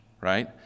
right